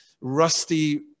Rusty